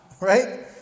right